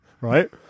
right